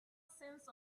sense